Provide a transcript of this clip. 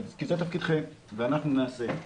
כי זה תפקידכם, ואנחנו נעשה.